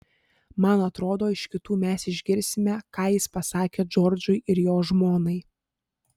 man atrodo iš kitų mes išgirsime ką jis pasakė džordžui ir jo žmonai